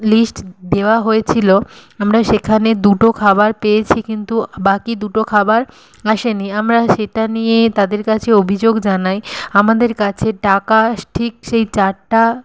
list দেওয়া হয়েছিল আমরা সেখানে দুটো খাবার পেয়েছি কিন্তু বাকি দুটো খাবার আসেনি আমরা সেটা নিয়ে তাদের কাছে অভিযোগ জানাই আমাদের কাছে টাকা ঠিক সেই চারটা